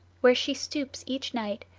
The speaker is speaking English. where she stoops each night,